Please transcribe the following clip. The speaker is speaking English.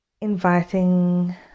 inviting